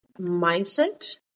mindset